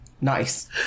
Nice